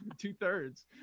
Two-thirds